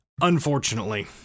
Unfortunately